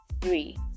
three